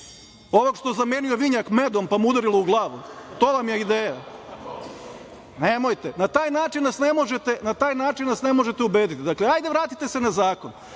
Ovog što je zamenio vinjak medom pa mu udarilo u glavu? To vam je ideja? Nemojte. Na taj način nas ne možete ubediti. Dakle, hajde vratite se na zakon